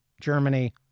Germany